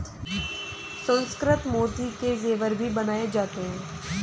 सुसंस्कृत मोती के जेवर भी बनाए जाते हैं